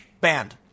banned